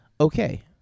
okay